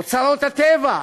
אוצרות הטבע,